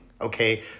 okay